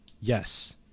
Yes